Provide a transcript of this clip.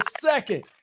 second